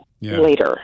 later